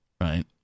right